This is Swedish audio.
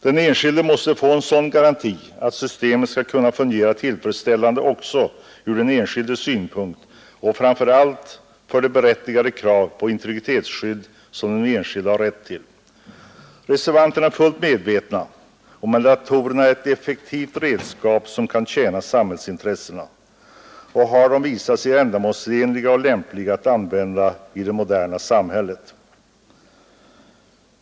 Den enskilde måste få en garanti för att systemet skall kunna fungera tillfredsställande också ur den enskildes synpunkt och framför allt med hänsyn till berättigade krav på integritetsskydd som den enskilde har rätt till. Reservanterna är fullt medvetna om att datorerna är ett effektivt redskap som kan tjäna samhällsintressena, och de har visat sig ändamålsenliga och lämpliga att använda i det moderna samhället.